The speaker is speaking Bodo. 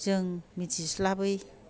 जों मिथिस्लाबै